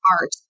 art